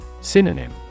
Synonym